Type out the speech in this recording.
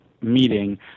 meeting